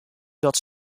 dat